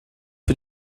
für